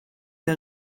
der